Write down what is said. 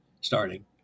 starting